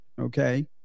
Okay